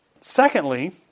secondly